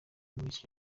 miss